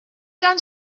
down